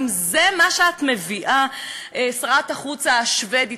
זה מה שאת מביאה, שרת החוץ השבדית,